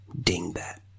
Dingbat